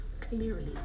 clearly